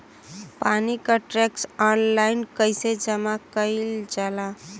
पानी क tax online कईसे जमा कईल जाला?